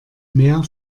mehr